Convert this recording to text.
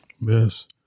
Yes